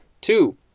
Two